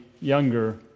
younger